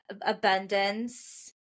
abundance